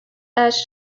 urged